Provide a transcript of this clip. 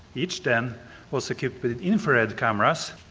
each den was equipped with infrared cameras,